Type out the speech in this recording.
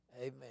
Amen